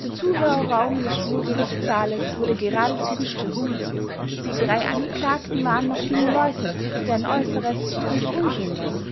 der zuhörerraum des schwurgerichtssaales wurde geradezu gestürmt die drei angeklagten waren noch junge leute deren äußeres nicht unschön war